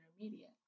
intermediate